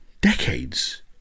decades